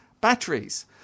batteries